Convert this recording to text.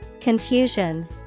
Confusion